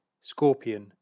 Scorpion